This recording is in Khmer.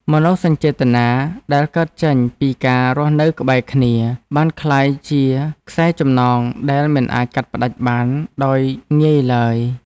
មនោសញ្ចេតនាដែលកើតចេញពីការរស់នៅក្បែរគ្នា បានក្លាយជាខ្សែចំណងដែលមិនអាចកាត់ផ្តាច់បានដោយងាយឡើយ។